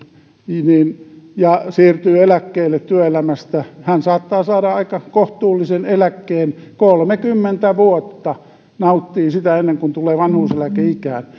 ja siirtyy eläkkeelle työelämästä hän saattaa saada aika kohtuullisen eläkkeen kolmekymmentä vuotta nauttii sitä ennen kuin tulee vanhuuseläkeikään